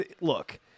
look